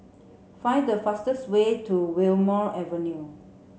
find the fastest way to Wilmonar Avenue